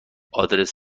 آدرس